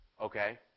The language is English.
okay